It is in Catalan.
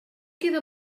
queda